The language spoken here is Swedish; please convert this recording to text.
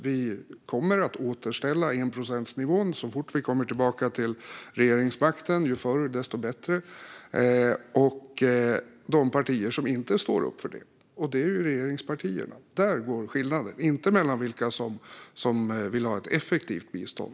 Vi kommer att återställa enprocentsnivån så fort vi kommer tillbaka till regeringsmakten - ju förr, desto bättre. Skillnaden är mellan dem som står upp för detta och de partier som inte står upp för det, alltså regeringspartierna. Skillnaden handlar inte om vilka som vill eller inte vill ha ett effektivt bistånd.